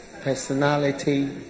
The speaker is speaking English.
personality